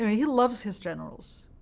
he loves his generals,